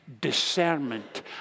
discernment